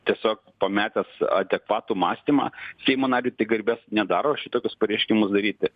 tiesiog pametęs adekvatų mąstymą seimo nariui tai garbės nedaro šitokius pareiškimus daryti